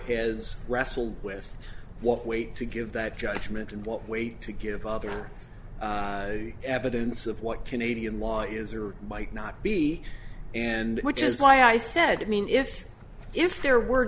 has wrestled with what weight to give that judgment and what weight to give other evidence of what canadian law is or might not be and which is why i said i mean if if there were